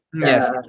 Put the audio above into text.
Yes